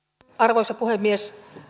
arvoisa puhemies